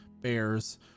bears